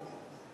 אותם.